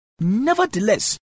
Nevertheless